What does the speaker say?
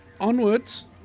onwards